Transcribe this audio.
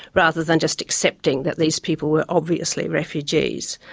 rather than just accepting that these people were obviously refugees.